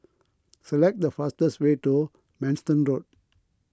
select the fastest way to Manston Road